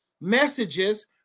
messages